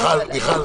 מיכל,